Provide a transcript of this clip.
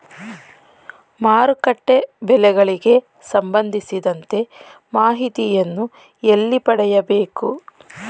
ಮಾರುಕಟ್ಟೆ ಬೆಲೆಗಳಿಗೆ ಸಂಬಂಧಿಸಿದಂತೆ ಮಾಹಿತಿಯನ್ನು ಎಲ್ಲಿ ಪಡೆಯಬೇಕು?